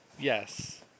Yes